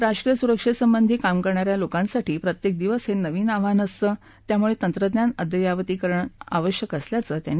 राष्ट्रीय सुरक्षेसंबंधी काम करणा या लोकांसाठी प्रत्येक दिवस हे नवीन आव्हान असतं त्यामुळे तंत्रज्ञान अद्ययावतीकरण आवश्यक असल्याचं त्यांनी सांगितलं